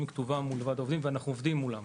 כתובה מול ועד העובדים ואנחנו עובדים מולם.